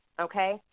Okay